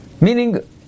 Meaning